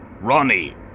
Ronnie